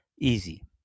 Easy